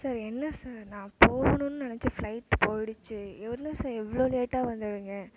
sir என்ன sir நான் போகணுன்னு நினைச்ச ஃபிளைட் போயிடுத்து என்ன சார் இவ்வளோ லேட்டாக வந்துடுவீங்க